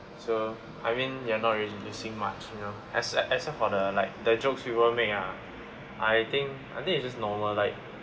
so I mean they're not really losing much you know except except for the like the jokes people make ah I think I think it's just normal like